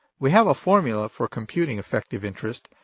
we have a formula for computing effective interest.